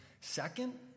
Second